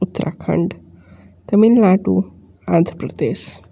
Uttarakhand Tamil Nadu Andhra Pradesh